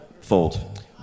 fold